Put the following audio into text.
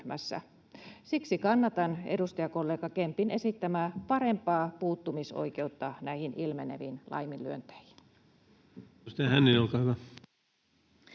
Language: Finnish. Siksi kannatan edustajakollega Kempin esittämää parempaa puuttumisoikeutta näihin ilmeneviin laiminlyönteihin. [Speech